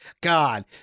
God